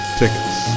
tickets